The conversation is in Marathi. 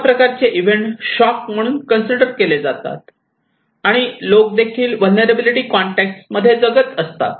अशा प्रकारचे इव्हेंट शॉक म्हणून कन्सिडर केले जातात आणि लोक देखील व्हलनेरलॅबीलीटी कॉंटेक्स मध्ये जगत असतात